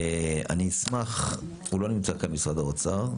אני אשמח, הוא לא נמצא כאן משרד האוצר.